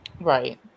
Right